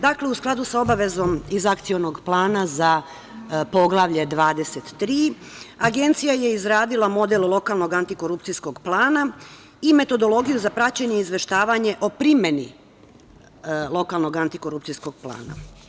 Dakle, u skladu sa obavezom iz akcionog plana za Poglavlje 23, Agencija je izradila model antikorupcijskog plana i metodologiju za praćenje i izveštavanje o primeni lokalnog antikorupcijskog plana.